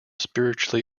spiritually